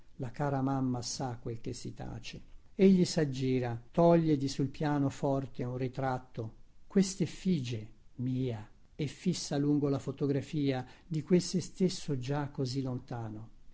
la cara mamma sa quel che si tace egli saggira toglie di sul pianoforte un ritratto questeffigie mia e fissa a lungo la fotografia di quel sè stesso già così lontano